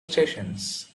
stations